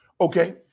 Okay